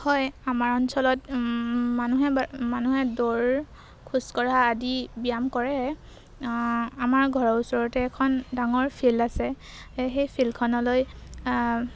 হয় আমাৰ অঞ্চলত মানুহে মানুহে দৌৰ খোজ কঢ়া আদি ব্যায়াম কৰে আমাৰ ঘৰৰ ওচৰতে এখন ডাঙৰ ফিল্ড আছে সেই ফিল্ডখনলৈ